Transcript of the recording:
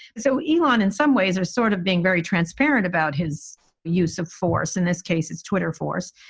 so even in some ways are sort of being very transparent about his use of force, in this case, his twitter force.